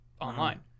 online